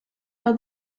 how